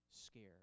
scared